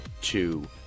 two